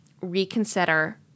reconsider